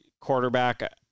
quarterback